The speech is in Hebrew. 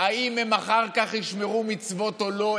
אם הם אחר כך ישמרו מצוות או לא,